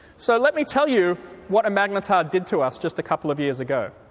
so let me tell you what a magnetar did to us just a couple of years ago.